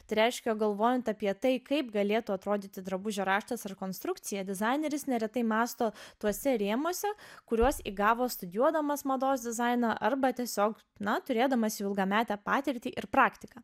tai reiškia galvojant apie tai kaip galėtų atrodyti drabužio raštas ar konstrukcija dizaineris neretai mąsto tuose rėmuose kuriuos įgavo studijuodamas mados dizainą arba tiesiog na turėdamas ilgametę patirtį ir praktiką